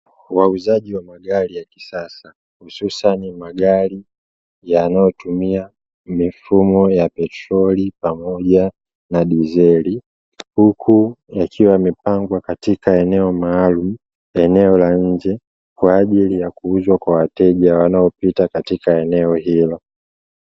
Wauzaji wa magari ya kisasa hususani magari yanayotumia mifumo ya petroli pamoja na dizeli, huku yakiwa yamepangwa katika eneo maalumu; eneo la nje kwa ajili ya kuuzwa kwa wateja wanaopita katika eneo hilo.